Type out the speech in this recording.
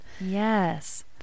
Yes